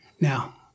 Now